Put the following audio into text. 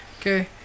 okay